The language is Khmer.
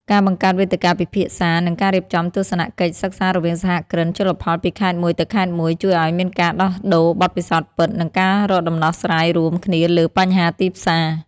ការបង្កើតវេទិកាពិភាក្សា និងការរៀបចំទស្សនកិច្ចសិក្សារវាងសហគ្រិនជលផលពីខេត្តមួយទៅខេត្តមួយ ជួយឱ្យមានការដោះដូរបទពិសោធន៍ពិត និងការរកដំណោះស្រាយរួមគ្នាលើបញ្ហាទីផ្សារ។